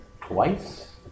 twice